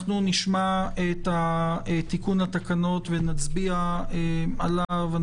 אנחנו נשמע את תיקון התקנות ונצביע עליו.